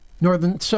Northern